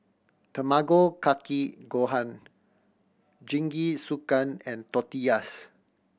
Tamago Kake Gohan Jingisukan and Tortillas